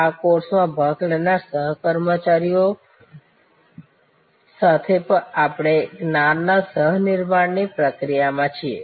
આ કોર્સમાં ભાગ લેનારા સહકર્મીઓ સાથે આપણે જ્ઞાનના સહ નિર્માણની પ્રક્રિયામાં છીએ